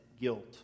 guilt